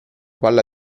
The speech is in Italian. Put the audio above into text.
palla